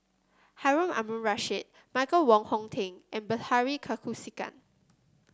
Harun Aminurrashid Michael Wong Hong Teng and Bilahari Kausikan